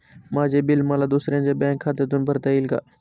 माझे बिल मला दुसऱ्यांच्या बँक खात्यातून भरता येईल का?